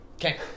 Okay